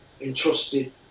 entrusted